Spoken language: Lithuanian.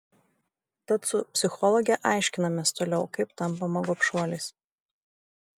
tad su psichologe aiškinamės toliau kaip tampama gobšuoliais